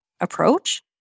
approach